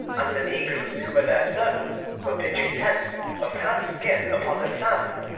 and the negroes who were their servants were pitching tents of tanned skin upon the sand,